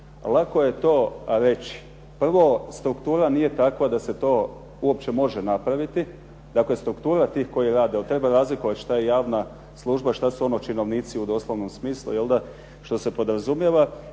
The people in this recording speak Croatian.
Lako je to reći. Prvo, struktura nije takva da se to uopće može napraviti. Dakle, struktura tih koji rade jer treba razlikovati šta je javna služba, šta su ono činovnici u doslovnom smislu što se podrazumijeva.